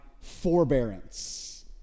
forbearance